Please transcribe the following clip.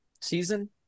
Season